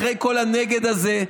אחרי כל ה"נגד" הזה,